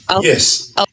Yes